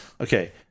Okay